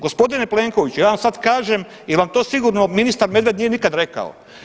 Gospodine Plenkoviću ja vam sad kažem jer vam to sigurno ministar Medved nije nikad rekao.